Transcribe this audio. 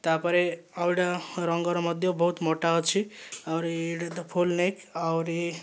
ତା'ପରେ ଆଉ ଏହିଟା ରଙ୍ଗର ମଧ୍ୟ ବହୁତ ମୋଟା ଅଛି ଆହୁରି ଏହିଟା ତ ଫୁଲ୍ ନେକ୍ ଆହୁରି